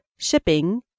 Shipping